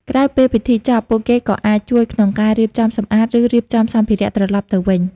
ក្រោយពេលពិធីចប់ ពួកគេក៏អាច ជួយក្នុងការរៀបចំសម្អាត ឬរៀបចំសម្ភារៈត្រឡប់ទៅវិញ។